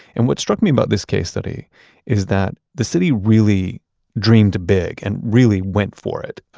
and what struck me about this case study is that the city really dreamed big and really went for it.